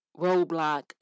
roadblock